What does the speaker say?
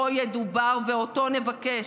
בו ידובר ואותו נבקש".